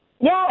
Yes